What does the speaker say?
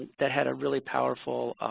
that had a really powerful